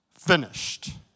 finished